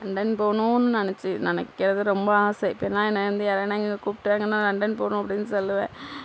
London போகணும்னு நினச்சி நினக்கிறது ரொம்ப ஆசை இப்பயெல்லாம் என்னை வந்து யாரையானால் எங்கேயா கூப்பிடாங்கன்னா லண்டன் போகணும் அப்படின்னு சொல்லுவேன்